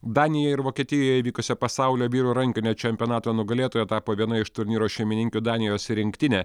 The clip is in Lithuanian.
danijoje ir vokietijoje vykusio pasaulio vyrų rankinio čempionato nugalėtoja tapo viena iš turnyro šeimininkių danijos rinktinė